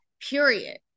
period